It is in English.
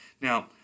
Now